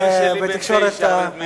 בתקשורת הסלולרית.